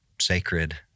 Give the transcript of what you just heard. sacred